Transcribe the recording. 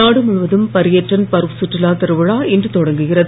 நாடு முழுவதும் பர்யட்டன் பர்வ் கற்றுலா திருவிழா இன்று தொடங்குகிறது